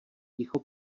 ticho